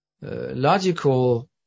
Logical